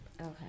okay